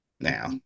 Now